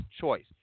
choice